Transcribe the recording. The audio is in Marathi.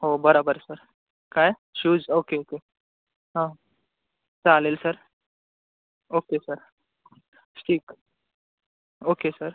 हो बराेबर सर काय शूज ओके ओके हां चालेल सर ओके सर ठीक ओके सर